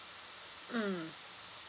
mm